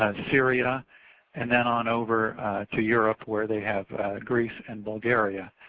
syria and then on over to europe where they have greece and bulgaria.